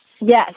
Yes